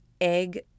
egg